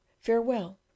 farewell